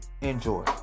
Enjoy